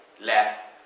left